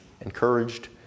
encouraged